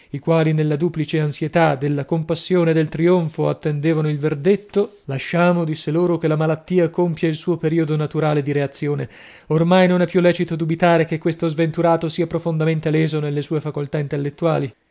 i quali nella duplice ansietà della compassione e del trionfo attendevano il verdetto lasciamo disse loro che la malattia compia il suo periodo naturale di reazione ormai non è più lecito dubitare che questo sventurato sia profondamente leso nelle sue facoltà intellettuali